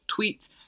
tweets